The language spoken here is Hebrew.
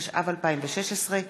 התשע"ו 2016,